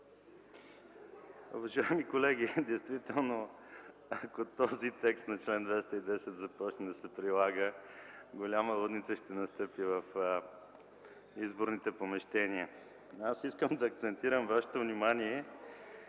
Уважаеми колеги, действително ако този текст на чл. 210 започне да се прилага, голяма лудница ще настъпи в изборните помещения. Аз искам да акцентирам вашето внимание,